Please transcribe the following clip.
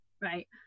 right